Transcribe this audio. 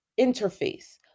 interface